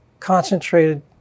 concentrated